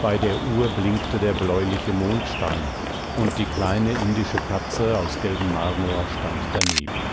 bei der uhr blinkte der bläuliche mondstein und die kleine indische katze aus gelbem marmor stand daneben